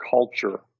culture